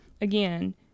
Again